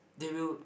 they will